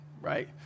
right